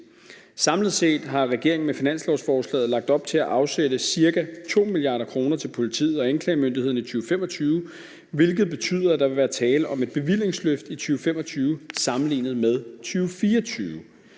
Samlet set har regeringen med finanslovsforslaget lagt op til at afsætte cirka 2 mia. kr. til politiet og anklagemyndigheden i 2025, hvilket betyder, at der vil være tale om et bevillingsløft i 2025 sammenlignet med 2024.